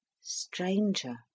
Stranger